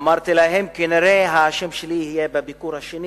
אמרתי להם שכנראה השם שלי יהיה בביקור השני,